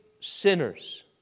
sinners